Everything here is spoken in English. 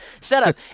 setup